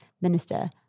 minister